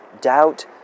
doubt